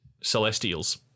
celestials